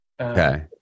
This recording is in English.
okay